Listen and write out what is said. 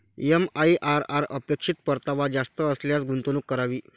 MIRR अपेक्षित परतावा जास्त असल्यास गुंतवणूक करावी